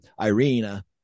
Irina